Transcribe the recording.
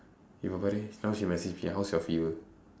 you got now she message me how's your fever